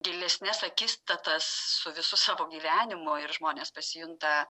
gilesnes akistatas su visu savo gyvenimu ir žmonės pasijunta